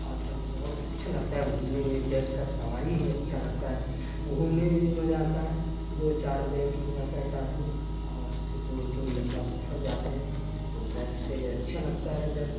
اچھا بہت اچھا لگتا ہے گھومنے میں بیک کا سواری ہی اچھا لگتا ہے گھومنے میں بھی مزہ آتا ہے دو چار بیک بھی رہتا ہے ساتھ میں اور پھر دور دور لمبا سفر جاتے ہیں تو بیک سے اچھا لگتا ہے بیک